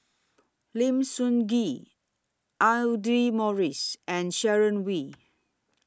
Lim Sun Gee Audra Morrice and Sharon Wee